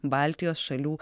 baltijos šalių